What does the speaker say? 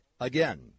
Again